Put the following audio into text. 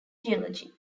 geology